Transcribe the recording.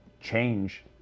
change